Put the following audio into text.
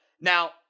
Now